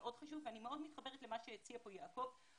מאוד חשוב ואני מאוד מתחברת למה שהציע כאן יעקב חגואל,